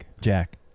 Jack